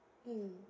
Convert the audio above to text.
mm